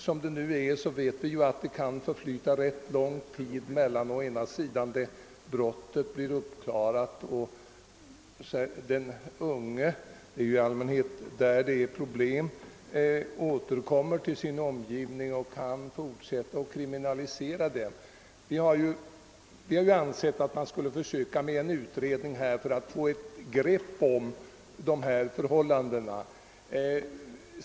Som det nu är vet vi att det kan förflyta rätt lång tid från det att brottet blivit uppklarat tills påföljden kommer. Under tiden återvänder den unge — det är i allmänhet med dem vi har problem — till sin omgivning och kan fortsätta med ett kriminellt beteende. Vi har ansett att man borde försöka med en utredning för att få ett grepp om dessa förhållanden.